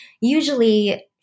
usually